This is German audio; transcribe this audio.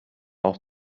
auch